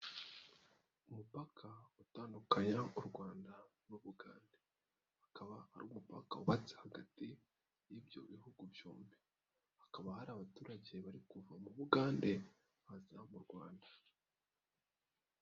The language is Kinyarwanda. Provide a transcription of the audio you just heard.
Umupaka utandukanya u Rwanda n'Ubugande. Ukaba ari umupaka wubatse hagati y'ibyo bihugu byombi. Hakaba hari abaturage bari kuva mu Bugande bajya mu Rwanda.